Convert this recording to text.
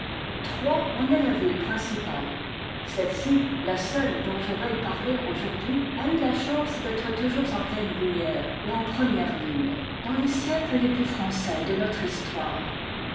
troyes en est la ville principale celle-ci la seule dont je veuille parler aujourd'hui a eu la chance d'être toujours en pleine lumière et en première ligne dans les siècles les plus français de notre histoire